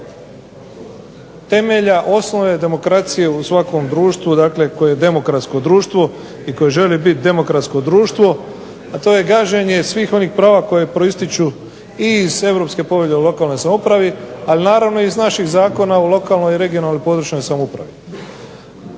temelja osnova demokracije u svakom društvu dakle koje je demokratsko društvo i koje želi biti demokratsko društvo, a to je gaženje svih onih prava koji proističu i iz Europske povelje o lokalnoj samoupravi ali naravno i iz naših Zakona o lokalnoj i regionalnoj (područnoj) samoupravi.